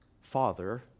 father